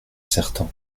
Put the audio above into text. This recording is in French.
certain